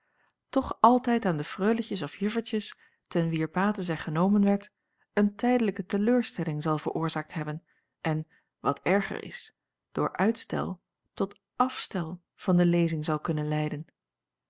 toch altijd aan de freuletjes of juffertjes ten wier bate zij genomen werd een tijdelijke te leur stelling zal veroorzaakt hebben en wat erger is door uitstel tot afstel van de lezing zal kunnen leiden